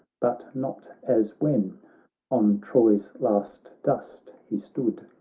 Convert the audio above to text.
but not as when on troy's last dust he stood,